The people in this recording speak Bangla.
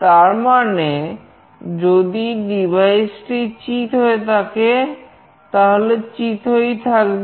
তার মানে যদি ডিভাইসটি চিৎ হয়ে থাকে তা হলে চিৎ হয়েই থাকবে